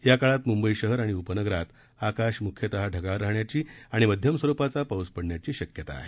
याकाळात म्ंबई शहर आणि उपनगरातआकाश मुख्यता ढगाळ राहण्याची आणि मध्यम स्वरुपाचा पाऊस पडण्याची शक्यता आहे